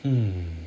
mm